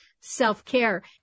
self-care